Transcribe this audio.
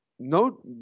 No